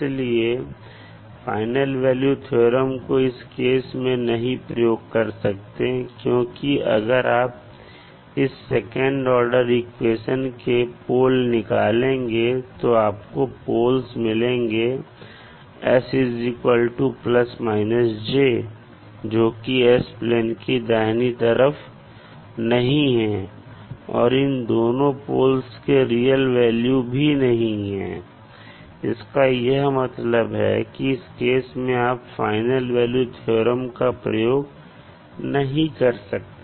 इसलिए final value theorem को इस केस में नहीं प्रयोग कर सकते क्योंकि अगर आप इस सेकंड ऑर्डर इक्वेशन के पोल निकालेंगे तो आपको पोल्स मिलेंगे s ±j जोकि s प्लेन के दाहिने तरफ नहीं है और इन दोनों पोल्स के रियल वैल्यू भी नहीं है इसका यह मतलब है कि इस केस में आप फाइनल वैल्यू थ्योरम का प्रयोग नहीं कर सकते